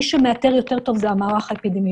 מי שמאתר יותר טוב זה המערך האפידמיולוגי.